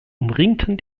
umringten